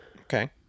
Okay